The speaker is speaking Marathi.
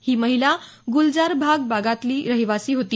ही महिला गुलजार बाग भागातली रहिवासी होती